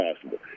possible